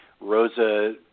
Rosa